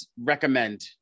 recommend